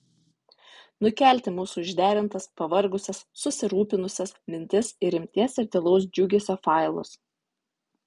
nukelti mūsų išderintas pavargusias susirūpinusias mintis į rimties ir tylaus džiugesio failus